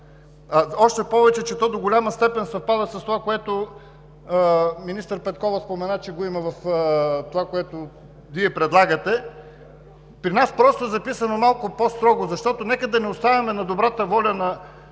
още повече че то до голяма степен съвпада с това, което министър Петкова спомена, че го има в онова, което Вие предлагате. При нас просто е записано малко по-строго. Нека да не оставяме на добрата воля на